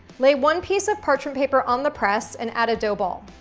lay one piece of parchment paper on the press and add a dough ball.